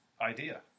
idea